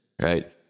right